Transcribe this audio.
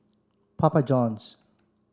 Papa Johns